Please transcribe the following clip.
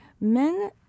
men